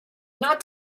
not